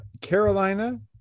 Carolina